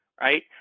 right